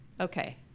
Okay